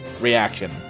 reaction